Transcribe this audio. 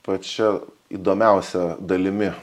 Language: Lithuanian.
pačia įdomiausia dalimi